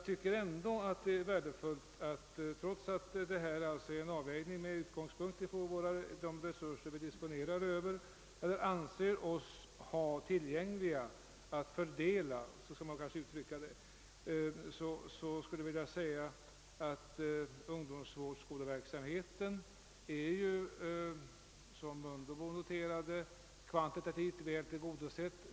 Trots att det alltså här rör sig om en avvägning med utgångspunkt i de resurser som vi anser oss ha tillgängliga att fördela, är ungdomsvårdsskoleverksamhe ten — såsom herr Mundebo noterade — kvantitativt väl tillgodosedd.